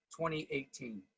2018